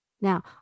Now